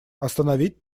остановить